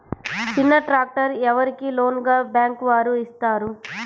చిన్న ట్రాక్టర్ ఎవరికి లోన్గా బ్యాంక్ వారు ఇస్తారు?